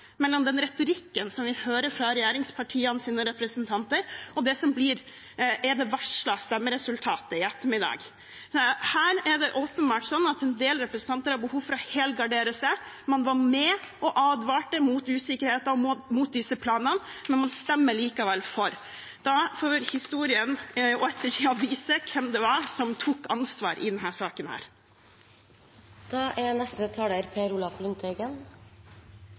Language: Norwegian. mellom den retorikken vi hører fra regjeringspartienes representanter, og det som er det varslede stemmeresultatet i ettermiddag. Her er det åpenbart sånn at en del representanter har behov for å helgardere seg. Man var med og advarte mot usikkerheten og mot disse planene, men man stemmer likevel for. Da får historien og ettertiden vise hvem som tok ansvar i denne saken. Jeg har ennå ikke møtt noen som klart forstår hva som driver statsråd Høie i denne saken.